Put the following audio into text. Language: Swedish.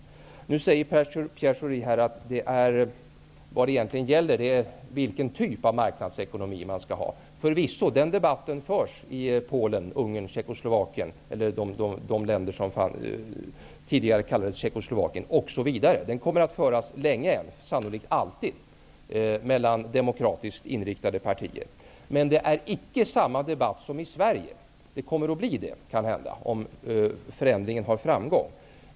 Pierre Shori säger att den här diskussionen egentligen handlar om vilken typ av marknadsekonomi som man skall ha. Förvisso, den debatten förs i t.ex. Polen, Ungern och de länder som tidigare ingick i Tjeckoslovakien. Den kommer att föras länge, sannolikt alltid, mellan demokratiskt inriktade partier. Men det är icke samma debatt som förs i Sverige. Det kommer kanhända att bli det, om förändringen blir framgångsrik.